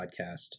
podcast